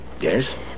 Yes